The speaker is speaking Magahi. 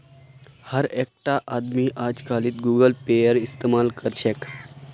हर एकटा आदमीक अजकालित गूगल पेएर इस्तमाल कर छेक